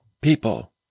people